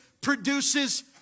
produces